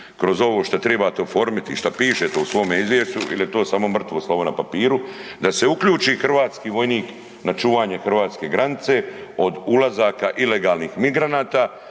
kroz ovo što tribate oformiti, što pišete u svome izvješću il je to samo mrtvo slovo na papiru, da se uključi hrvatski vojnik na čuvanje hrvatske granice od ulazaka ilegalnih migranata